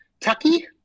tucky